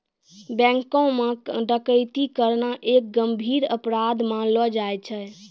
बैंको म डकैती करना एक गंभीर अपराध मानलो जाय छै